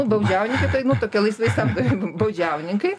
baudžiauninkai tai nu tokie laisvai samdomi baudžiauninkai